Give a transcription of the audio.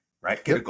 right